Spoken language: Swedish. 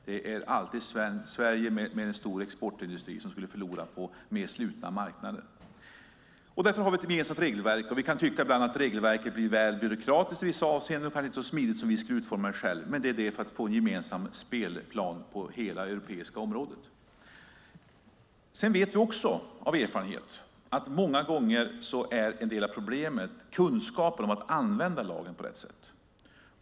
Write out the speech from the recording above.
Det är Sverige med stor exportindustri som förlorar på mer slutna marknader. Därför har vi ett gemensamt regelverk. Vi kan bland annat tycka att regelverket blir väl byråkratiskt i vissa avseenden och kanske inte så smidigt som om vi skulle utforma det själva, men det är för att få en gemensam spelplan på hela europeiska området. Vi vet också av erfarenhet att många gånger är en del av problemet kunskapen om att använda lagen på rätt sätt.